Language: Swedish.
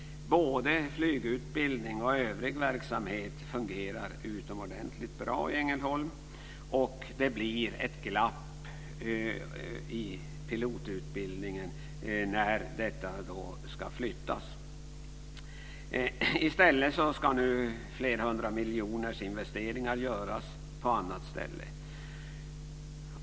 Både flygutbildning och övrig verksamhet fungerar utomordentligt bra i Ängelholm, och det blir ett glapp i pilotutbildningen när denna ska flyttas. I stället ska nu investeringar på flera hundra miljoner göras på annat ställe.